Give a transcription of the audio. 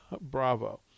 Bravo